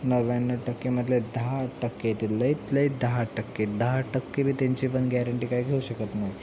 नव्याण्णव टक्क्यामधले दहा टक्के येतील लईत लई दहा टक्के दहा टक्के बी त्यांची पण गॅरेंटी काय घेऊ शकत नाही